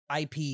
IP